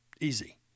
easy